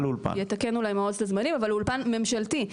יתקן אולי מעוז את הזמנים, אבל לאולפן ממשלתי.